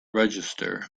register